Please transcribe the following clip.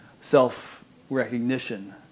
self-recognition